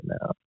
now